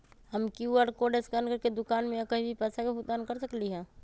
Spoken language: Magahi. हम कियु.आर कोड स्कैन करके दुकान में या कहीं भी पैसा के भुगतान कर सकली ह?